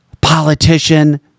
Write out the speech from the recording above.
politician